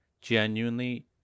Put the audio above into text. genuinely